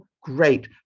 great